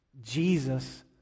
Jesus